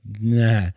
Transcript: nah